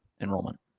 enrollment